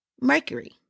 Mercury